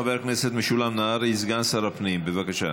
חבר הכנסת משולם נהרי, סגן שר הפנים, בבקשה.